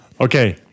Okay